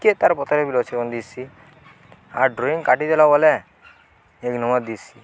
କିିଏ ତାର୍ ପଥରେ ବିଲ୍ ଅଛ ଏବଂ ଦିଶ୍ସି ଆର୍ ଡ୍ରଇଂ କାଟିଦେଲା ବୋଲେ ଏକ ନୂଆ ଦିଶ୍ସି